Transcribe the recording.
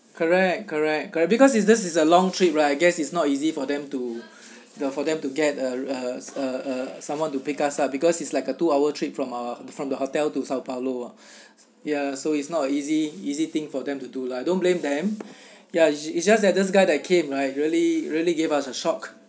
correct correct correct because it's this is a long trip right I guess it's not easy for them to the for them to get uh uh uh uh someone to pick us up because it's like a two hour trip from uh from the hotel to sao paulo ah ya so it's not a easy easy thing for them to do lah don't blame them ya it's just that this guy that came right really really gave us a shock